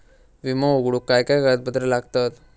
विमो उघडूक काय काय कागदपत्र लागतत?